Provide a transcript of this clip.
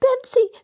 Betsy